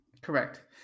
correct